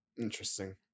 Interesting